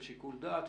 על שיקול דעת,